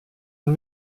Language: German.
und